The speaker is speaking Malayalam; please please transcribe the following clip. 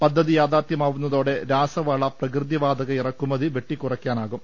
പദ്ധതി യാഥാർത്ഥ്യമാവുന്നതോടെ രാസവള പ്രകൃതി വാതക ഇറക്കുമതി വെട്ടികുറ യ്ക്കാനാവും